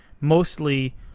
Mostly